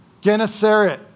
Gennesaret